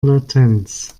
latenz